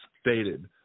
stated